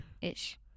ish